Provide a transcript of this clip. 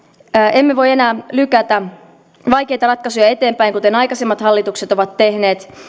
emme voi enää lykätä vaikeita ratkaisuja eteenpäin kuten aikaisemmat hallitukset ovat tehneet